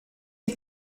you